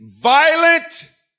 violent